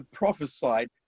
prophesied